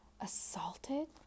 Assaulted